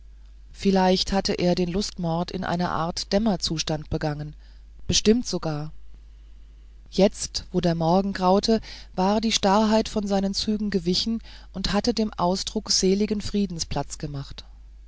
vielleicht hatte er den lustmord in einer art dämmerzustand begangen bestimmt sogar jetzt wo der morgen graute war die starrheit aus seinen zügen gewichen und hatte dem ausdruck seligen friedens platz gemacht